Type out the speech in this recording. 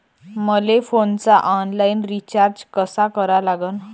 मले फोनचा online recharge कसा करा लागन?